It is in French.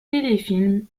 téléfilms